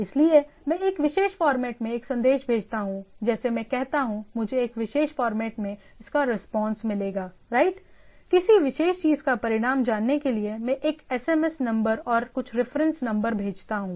इसलिए मैं एक विशेष फॉर्मेट में एक संदेश भेजता हूं जैसे मैं कहता हूं मुझे एक विशेष फॉर्मेट में इसका रिस्पांस मिलेगा राइटकिसी विशेष चीज का परिणाम जानने के लिए मैं एक एसएमएस नंबर और कुछ रेफरेंस नंबर भेजता हूं